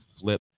flip